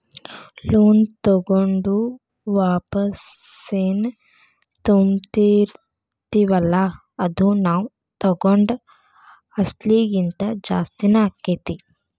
loan ತಗೊಂಡು ವಾಪಸೆನ್ ತುಂಬ್ತಿರ್ತಿವಲ್ಲಾ ಅದು ನಾವ್ ತಗೊಂಡ್ ಅಸ್ಲಿಗಿಂತಾ ಜಾಸ್ತಿನ ಆಕ್ಕೇತಿ